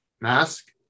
Mask